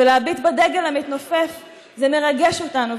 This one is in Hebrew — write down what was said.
ולהביט בדגל המתנופף זה מרגש אותנו,